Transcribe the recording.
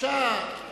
אני